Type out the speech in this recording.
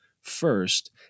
first